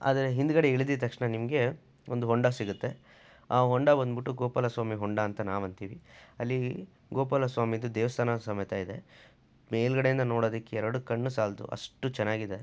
ಅದರ ಹಿಂದುಗಡೆ ಇಳ್ದಿದ ತಕ್ಷಣ ನಿಮಗೆ ಒಂದು ಹೊಂಡ ಸಿಗುತ್ತೆ ಆ ಹೊಂಡ ಬಂದ್ಬಿಟ್ಟು ಗೋಪಾಲ ಸ್ವಾಮಿ ಹೊಂಡ ಅಂತ ನಾವು ಅಂತಿತೀವಿ ಅಲ್ಲಿ ಗೋಪಾಲ ಸ್ವಾಮಿದು ದೇವಸ್ಥಾನ ಸಮೇತ ಇದೆ ಮೇಲ್ಗಡೆಯಿಂದ ನೋಡೊದಕ್ಕೆ ಎರಡು ಕಣ್ಣು ಸಾಲದು ಅಷ್ಟು ಚೆನ್ನಾಗಿದೆ